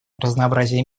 разнообразие